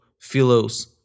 philos